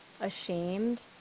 ashamed